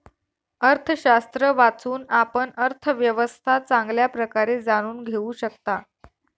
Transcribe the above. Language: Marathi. अर्थशास्त्र वाचून, आपण अर्थव्यवस्था चांगल्या प्रकारे जाणून घेऊ शकता